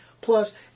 Plus